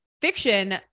fiction